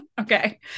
Okay